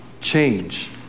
change